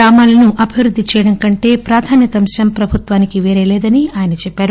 గ్రామాలను అభివృద్ది చేయడం కంటే ప్రాధాన్నత అంశం ప్రభుత్వానికి పేరే లేదని ఆయన చెప్పారు